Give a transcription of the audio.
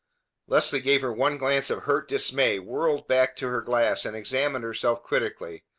leslie gave her one glance of hurt dismay, whirled back to her glass, and examined herself critically.